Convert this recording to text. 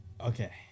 Okay